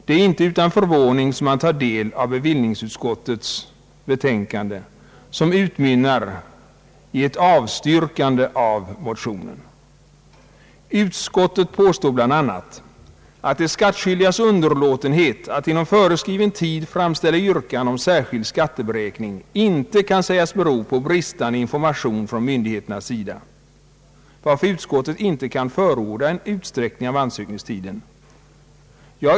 Det är inte utan förvåning man tar del av bevillningsutskottets betänkande som utmynnar i ett avstyrkande av motionen. Utskottet påstår bl.a. att de skattskyldigas underlåtenhet att inom föreskriven tid inkomma med yrkande om särskild skatteberäkning inte kan sägas bero på bristande information från myndigheternas sida och att utskottet därför inte kan förorda en utsträckning av ansökningstiden.